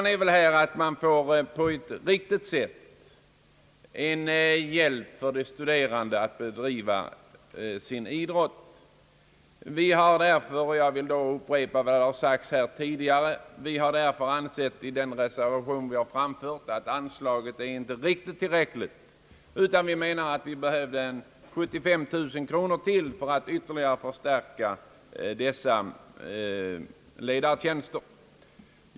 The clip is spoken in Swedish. Nej, frågan gäller hur vi på ett riktigt sätt skall kunna hjälpa de studerande att bedriva sin idrott, och reservanterna menar att föreslaget anslag inte är tillräckligt utan att det behövs 75000 kronor till för att ytterligare förstärka ledarorganisationen.